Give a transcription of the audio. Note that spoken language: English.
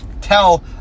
tell